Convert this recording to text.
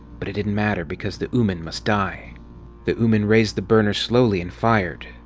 but it didn't matter because the ooman must die the ooman raised the burner slowly and fired,